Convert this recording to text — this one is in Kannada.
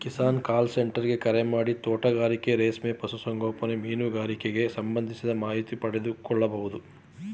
ಕಿಸಾನ್ ಕಾಲ್ ಸೆಂಟರ್ ಗೆ ಕರೆಮಾಡಿ ತೋಟಗಾರಿಕೆ ರೇಷ್ಮೆ ಪಶು ಸಂಗೋಪನೆ ಮೀನುಗಾರಿಕೆಗ್ ಸಂಬಂಧಿಸಿದ ಮಾಹಿತಿ ಪಡಿಬೋದು